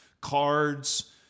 cards